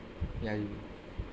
ya